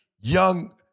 young –